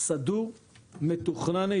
מעורבים כאן משרדים נוספים שביקשתי להכניס